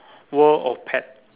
world of pet